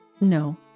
No